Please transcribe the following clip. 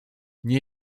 nie